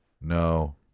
No